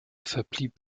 verblieb